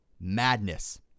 madness